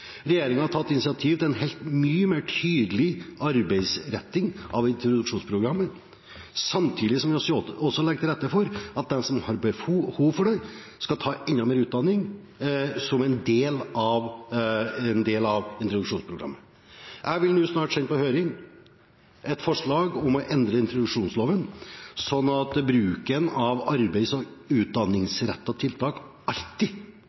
har tatt initiativ til en ny og tydeligere arbeidsretting av introduksjonsprogrammet, samtidig som vi legger til rette for at de som har behov for det, skal ta enda mer utdanning som en del av introduksjonsprogrammet. Jeg vil snart sende på høring et forslag om å endre introduksjonsloven, slik at bruken av arbeid som utdanningsrettet tiltak alltid